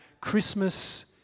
Christmas